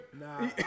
Nah